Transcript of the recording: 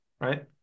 right